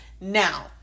Now